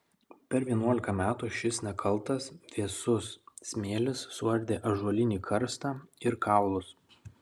per vienuolika metų šis nekaltas vėsus smėlis suardė ąžuolinį karstą ir kaulus